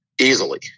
easily